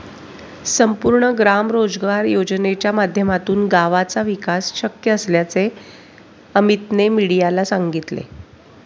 संपूर्ण ग्राम रोजगार योजनेच्या माध्यमातूनच गावाचा विकास शक्य असल्याचे अमीतने मीडियाला सांगितले